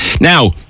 Now